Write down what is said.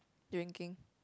drinking